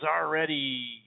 already